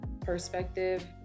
perspective